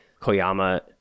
koyama